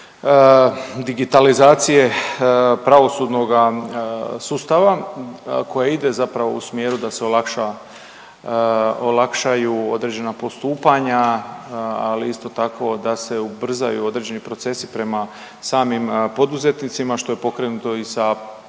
digitalizacije pravosudnoga sustava koja ide zapravo u smjeru da se olakša, olakšaju određena postupanja, ali isto tako da ubrzaju određeni procesi prema samim poduzetnicima, što je pokrenuto i sa projektom